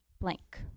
blank